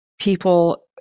people